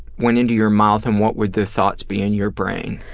went into your mouth, and what would the thoughts be in your brain?